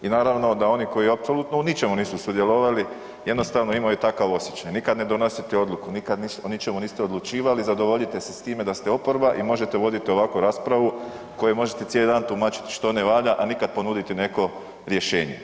I naravno da oni koji apsolutno u ničemu nisu sudjelovali jednostavno imaju takav osjećaj, nikad ne donositi odluku, nikad o ničemu odlučivali, zadovoljite se s time da ste oporba i možete voditi ovakvu raspravu u kojoj možete cijeli dan tumačiti što ne valja, a nikad ponuditi neko rješenje.